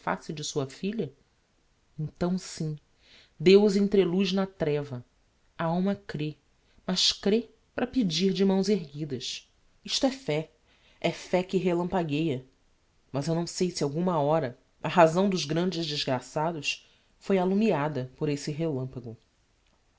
face de sua filha então sim deus entreluz na treva a alma crê mas crê para pedir de mãos erguidas isto é fé é fé que relampagueia mas eu não sei se alguma hora a razão dos grandes desgraçados foi alumiada por esse relampago